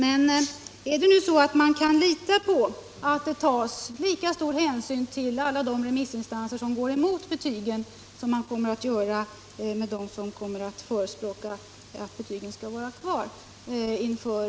Men kan man nu lita på att det vid regeringens propositionsskrivande kommer att tas lika stor hänsyn till alla de remissinstanser som går emot betygen som till dem som kommer att förespråka att betygen skall vara kvar?